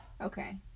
Okay